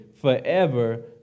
forever